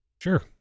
Sure